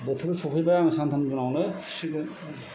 बोथोराबो सौफैबाय आं सानथामनि उनावनो फुसिगोन